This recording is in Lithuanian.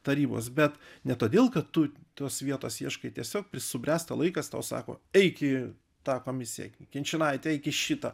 tarybos bet ne todėl kad tu tos vietos ieškai tiesiog subręsta laikas tau sako eik į tą komisiją kinčinaiti eik į šitą